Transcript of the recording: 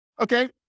Okay